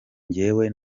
njye